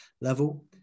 level